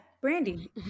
Brandy